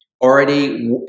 already